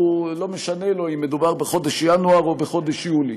לא משנה לו אם מדובר בחודש ינואר או בחודש יולי.